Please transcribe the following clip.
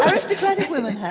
ah aristocratic women had.